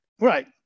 Right